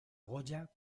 goya